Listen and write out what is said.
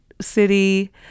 city